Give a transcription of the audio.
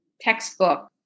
textbook